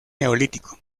neolítico